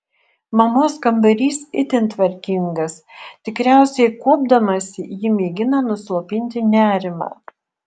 mamos kambarys itin tvarkingas tikriausiai kuopdamasi ji mėgina nuslopinti nerimą